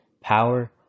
power